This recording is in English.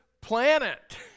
planet